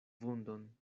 vundon